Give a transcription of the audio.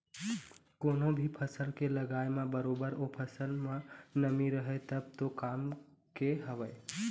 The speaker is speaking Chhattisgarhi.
कोनो भी फसल के लगाय म बरोबर ओ फसल म नमी रहय तब तो काम के हवय